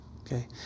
Okay